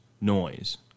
noise